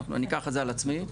אני אקח את זה על עצמי,